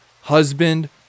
Husband